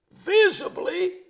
Visibly